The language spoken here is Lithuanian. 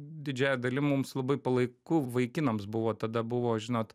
didžiąja dalim mums labai palaiku vaikinams buvo tada buvo žinot